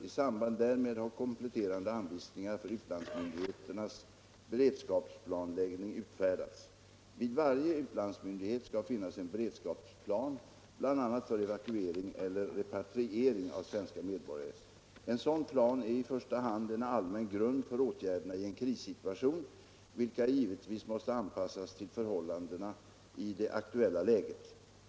I samband därmed har kompletterande anvisningar för utlandsmyndigheternas beredskapsplanläggning utfärdats. Vid varje utlandsmyndighet skall finnas en beredskapsplan bl.a. för evakuering eller repatriering av svenska medborgare. En sådan plan är i första hand en allmän grund för åtgärderna i en krissituation, vilka givetvis måste anpassas till förhållandena i det aktuella läget.